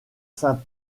saint